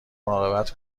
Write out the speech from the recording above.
مراقبت